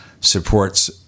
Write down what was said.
supports